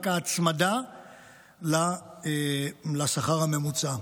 רק ההצמדה לשכר הממוצע.